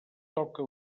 toca